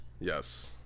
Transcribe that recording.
Yes